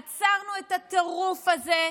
עצרנו את הטירוף הזה,